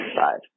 five